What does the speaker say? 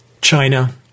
China